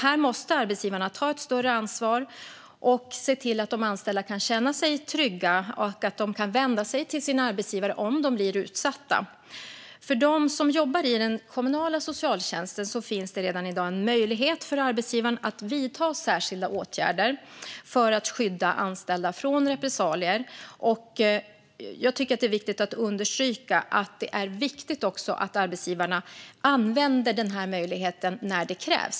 Här måste arbetsgivarna ta ett större ansvar och se till att de anställda kan känna sig trygga och kan vända sig till sin arbetsgivare om de blir utsatta. För dem som jobbar i den kommunala socialtjänsten finns det redan i dag en möjlighet för arbetsgivaren att vidta särskilda åtgärder för att skydda anställda från repressalier. Jag tycker att det är viktigt att understryka att det är viktigt att arbetsgivarna också använder denna möjlighet när det krävs.